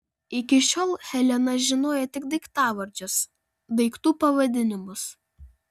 iki šiol helena žinojo tik daiktavardžius daiktų pavadinimus